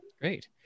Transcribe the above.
Great